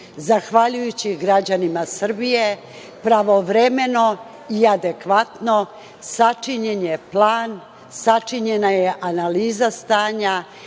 zahvaljujući građanima Srbije, pravovremeno i adekvatno sačinjen je plan, sačinjena je analiza stanja,